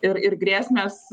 ir ir grėsmės